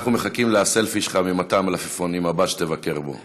אנחנו מחכים לסלפי שלך מאתר המלפפונים הבא שתבקר בו.